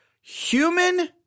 Human